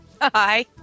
Hi